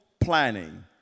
planning